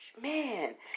man